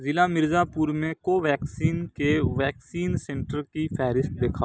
ضلع مرزا پور میں کوویکسین کے ویکسین سنٹر کی فہرست دکھاؤ